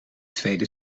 tweede